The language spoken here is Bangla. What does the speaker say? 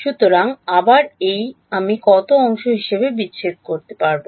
সুতরাং আবার এই আমি কত অংশ হিসাবে বিচ্ছেদ করতে পারব